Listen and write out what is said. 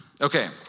Okay